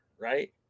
right